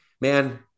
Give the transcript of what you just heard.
man